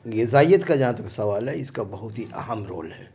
غذائیت کا جہان تک سوال ہے اس کا بہت ہی اہم رول ہے